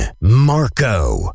Marco